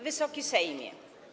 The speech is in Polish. Wysoki Sejmie!